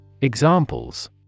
Examples